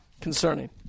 Concerning